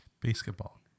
Basketball